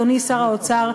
אדוני שר האוצר,